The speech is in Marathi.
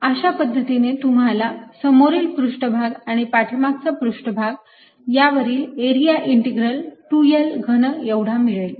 अशा पद्धतीने तुम्हाला समोरील पृष्ठभाग आणि पाठीमागचा पृष्ठभाग यांवरील एरिया इंटिग्रल 2L घन एवढा मिळेल